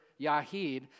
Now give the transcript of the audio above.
yahid